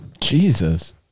Jesus